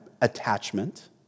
attachment